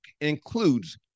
includes